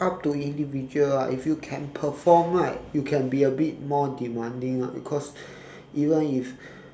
up to individual lah if you can perform right you can be a bit more demanding ah cause even if